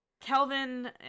Kelvin